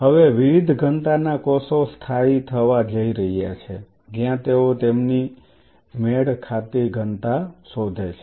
હવે વિવિધ ઘનતાના કોષો સ્થાયી થવા જઈ રહ્યા છે જ્યાં તેઓ તેમની મેળ ખાતી ઘનતા શોધે છે